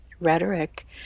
rhetoric